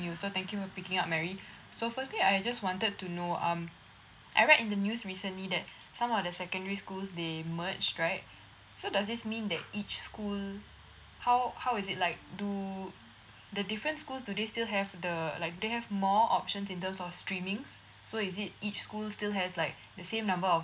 you so thank you for picking up mary so firstly I just wanted to know um I read in the news recently that some of the secondary schools they merged right so does this mean that each school how how is it like do the different schools do they still have the like do they have more options in terms of streaming so is it each school still has like the same number of